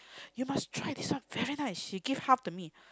you must try this one very nice she give half to me